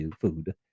food